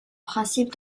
principe